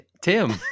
Tim